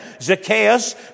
Zacchaeus